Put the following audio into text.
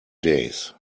days